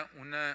una